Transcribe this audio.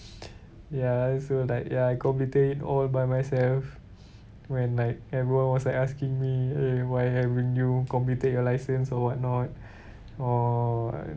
ya so like ya I completed it all by myself when like everyone was like asking me eh why haven't you completed your license or what not or